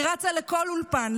היא רצה לכל אולפן,